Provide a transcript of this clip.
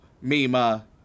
Mima